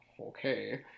okay